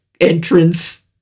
entrance